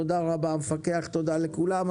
תודה רבה, המפקח על הבנקים, תודה לכולם.